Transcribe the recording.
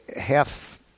half